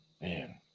Man